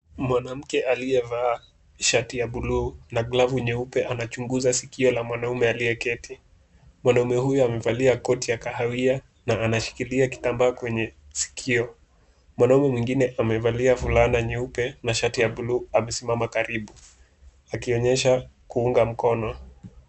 Mwanamke aliyevaa shati ya bluu na glavu nyeupe anachunguza sikio la mwanamume aliyeketi, mwanamume huyu amevalia koti la kahawia na anashikilia kitambaa kwenye sikio mwanamume mwingine amevalia fulana nyeupe na shati ya bluu amesimama karibu akionyesha kuunga mkono.